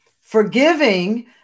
forgiving